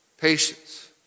patience